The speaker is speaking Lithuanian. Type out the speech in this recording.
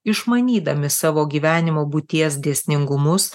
išmanydami savo gyvenimo būties dėsningumus